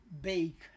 bake